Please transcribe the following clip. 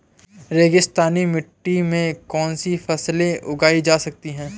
रेगिस्तानी मिट्टी में कौनसी फसलें उगाई जा सकती हैं?